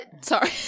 Sorry